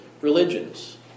religions